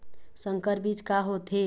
संकर बीज का होथे?